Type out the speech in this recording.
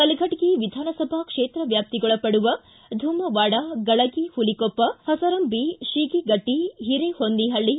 ಕಲಘಟಗಿ ವಿಧಾನಸಭಾ ಕ್ಷೇತ್ರ ವ್ಯಾಪ್ತಿಗೊಳಪಡುವ ಧುಮ್ಮವಾಡ ಗಳಗಿ ಹುಲಿಕೊಪ್ಪ ಹಸರಂಬಿ ಶೀಗಿಗಟ್ಟ ಹಿರೇಹೊನ್ನಿಹಳ್ಳಿ